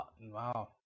Wow